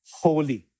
holy